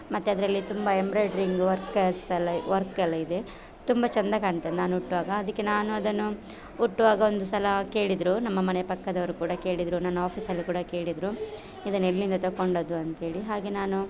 ಮತ್ತು ಅದರಲ್ಲಿ ತುಂಬ ಎಂಬ್ರಾಯಿಡ್ರಿಂಗ್ ವರ್ಕಸ್ ಎಲ್ಲ ವರ್ಕೆಲ್ಲ ಇದೆ ತುಂಬ ಚೆಂದ ಕಾಣ್ತದೆ ನಾನು ಉಡುವಾಗ ಅದಕ್ಕೆ ನಾನು ಅದನ್ನು ಉಡುವಾಗ ಒಂದು ಸಲ ಕೇಳಿದರು ನಮ್ಮ ಮನೆಯ ಪಕ್ಕದವರು ಕೂಡ ಕೇಳಿದರು ನನ್ನ ಆಫೀಸಲ್ಲೂ ಕೂಡ ಕೇಳಿದರು ಇದನ್ನೆಲ್ಲಿಂದ ತೊಗೊಂಡದ್ದು ಅಂತ್ಹೇಳಿ ಹಾಗೆ ನಾನು